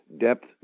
depth